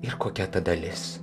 ir kokia ta dalis